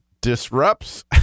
disrupts